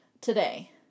today